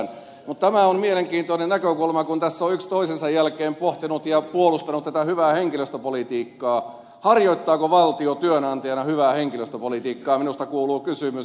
mutta tämä on mielenkiintoinen näkökulma kun tässä on yksi toisensa jälkeen pohtinut ja puolustanut tätä hyvää henkilöstöpolitiikkaa harjoittaako valtio työnantajana hyvää henkilöstöpolitiikkaa minusta kuuluu kysymys